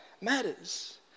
matters